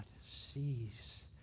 sees